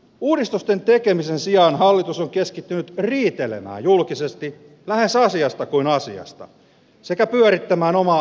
uudistusten tekemisen sijaan hallitus on keskittynyt riitelee julkisesti lähes ansiosta kun asiasta sekä pyörittämään omaa